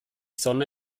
sonne